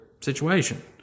situation